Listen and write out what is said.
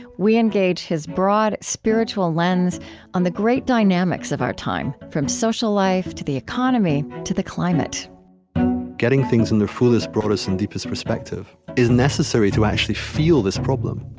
we engage his broad spiritual lens on the great dynamics of our time, from social life to the economy to the climate getting things in their fullest, broadest, and deepest perspective is necessary to actually feel this problem.